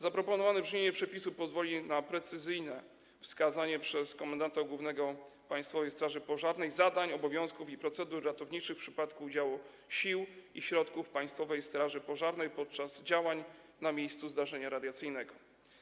Zaproponowane brzmienie przepisu pozwoli na precyzyjne wskazanie przez komendanta głównego Państwowej Straży Pożarnej zadań, obowiązków i procedur ratowniczych w przypadku udziału sił i środków Państwowej Straży Pożarnej podczas działań na miejscu zdarzenia radiacyjnego.